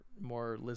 More